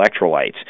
electrolytes